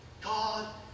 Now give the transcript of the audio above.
God